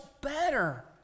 better